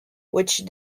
which